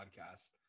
podcast